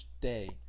day